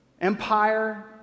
Empire